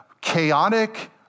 chaotic